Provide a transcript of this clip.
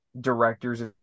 directors